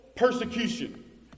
Persecution